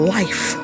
life